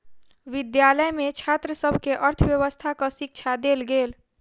विद्यालय में छात्र सभ के अर्थव्यवस्थाक शिक्षा देल गेल